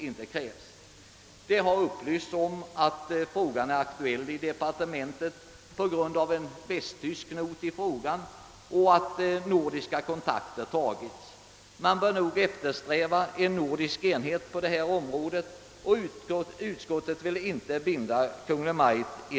Utskottet har upplysts om att frågan är aktuell i departementet på grund av en västtysk not och att nordiska kontakter tagits. Man bör nog eftersträva nordisk enhetlighet på detta område och utskottet vill i detta läge inte binda Kungl. Maj:t.